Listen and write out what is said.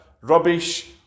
rubbish